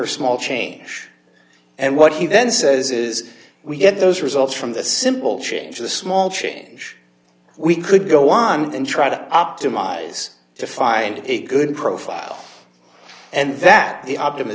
or small change and what he then says is we get those results from the simple change the small change we could go on and try to optimize to find a good profile and that the